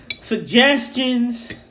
suggestions